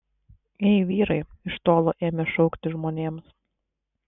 ei vyrai iš tolo ėmė šaukti žmonėms